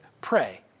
pray